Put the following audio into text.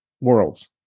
worlds